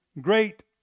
great